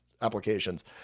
applications